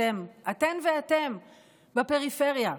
אתן ואתם בפריפריה,